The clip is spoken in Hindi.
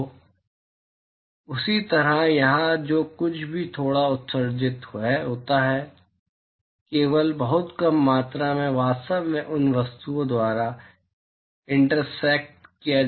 तो उसी तरह यहाँ जो कुछ भी थोड़ा उत्सर्जित होता है केवल बहुत कम मात्रा में वास्तव में इन वस्तुओं द्वारा इंटरसेक्ट किया जाता है